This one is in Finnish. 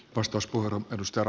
arvoisa puhemies